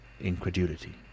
incredulity